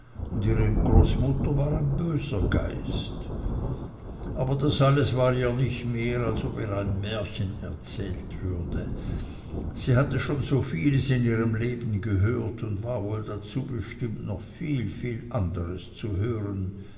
und ihre großmutter war ein böser geist aber das alles war ihr nicht mehr als ob ihr ein märchen erzählt würde sie hatte schon so vieles in ihrem leben gehört und war wohl dazu bestimmt noch viel viel andres zu hören